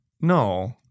no